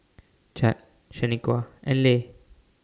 Chadd Shaniqua and Le